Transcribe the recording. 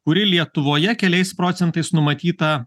kuri lietuvoje keliais procentais numatyta